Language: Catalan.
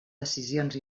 decisions